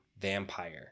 vampire